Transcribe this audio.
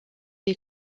les